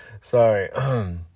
Sorry